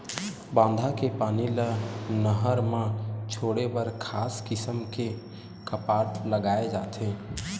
बांधा के पानी ल नहर म छोड़े बर खास किसम के कपाट लगाए जाथे